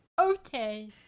Okay